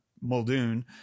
Muldoon